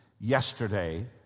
yesterday